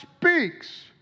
speaks